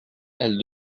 elle